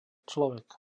človek